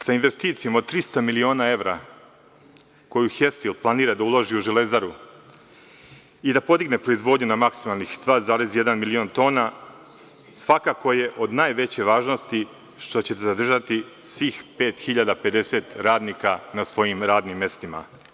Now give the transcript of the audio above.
Sa investicijom od 300 miliona evra koju „Hestil“ planira da uloži u „Železaru“ i da podigne proizvodnju na maksimalnih 2,1 milion tona, svakako je od najveće važnosti što će zadržati svih 5050 radnika na svojim radnim mestima.